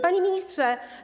Panie Ministrze!